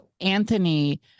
anthony